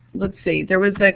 let's see. there was